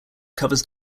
covers